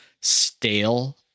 stale